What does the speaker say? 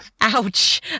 Ouch